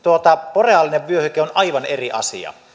boreaalinen vyöhyke on aivan eri asia